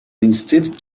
instead